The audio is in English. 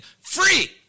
free